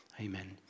Amen